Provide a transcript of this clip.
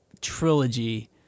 trilogy